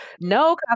No